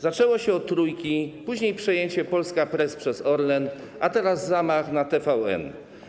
Zaczęło się od Trójki, później przejęcie Polska Press przez Orlen, a teraz zamach na TVN.